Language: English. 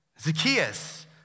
Zacchaeus